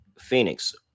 Phoenix